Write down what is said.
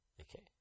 Okay